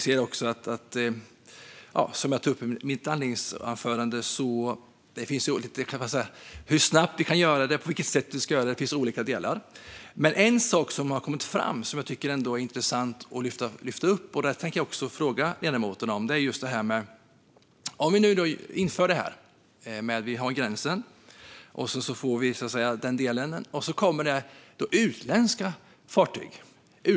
Som jag tog upp i mitt inledningsanförande handlar det också om hur snabbt vi kan göra det och på vilket sätt. Det finns olika delar. En intressant sak som har kommit fram är också det jag vill fråga ledamoten om. Säg att vi inför denna gräns och det sedan kommer utländska fartyg.